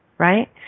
right